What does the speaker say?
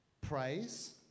praise